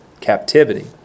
captivity